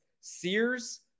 Sears